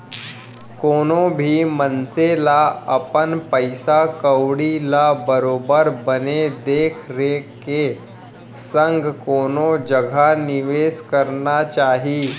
कोनो भी मनसे ल अपन पइसा कउड़ी ल बरोबर बने देख रेख के संग कोनो जघा निवेस करना चाही